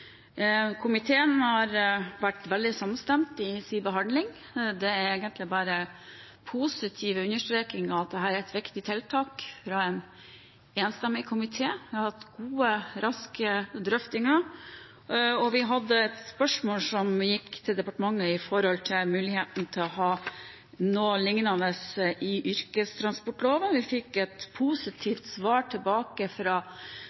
Komiteen har vært veldig samstemt i sin behandling. Det er egentlig bare positive understrekinger fra en enstemmig komité om at dette er et viktig tiltak. Vi har hatt gode, raske drøftinger. Vi stilte et spørsmål til departementet om muligheten til å ha noe lignende i yrkestransportloven. Vi fikk et positivt svar tilbake fra